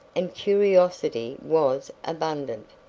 and curiosity was abundant.